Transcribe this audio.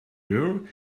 maneuver